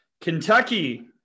Kentucky